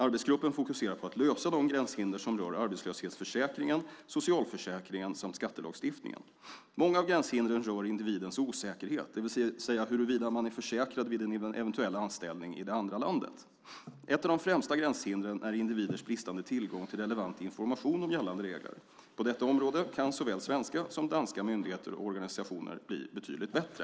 Arbetsgruppen fouserar på att lösa de gränshinder som rör arbetslöshetsförsäkringen, socialförsäkringen och skattelagstiftningen. Många av gränshindren rör individens osäkerhet, till exempel huruvida man är försäkrad vid en eventuell anställning i det andra landet. Ett av de främsta gränshindren är individers bristande tillgång till relevant information om gällande regler. På detta område kan såväl svenska som danska myndigheter och organisationer bli betydligt bättre.